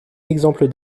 exemple